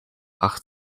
acht